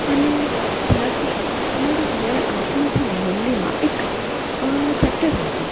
અને જ્યારથી અમારે ધોરણ આઠમાં છેને હિન્દીમાં એક ચેપ્ટર આવતો